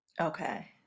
Okay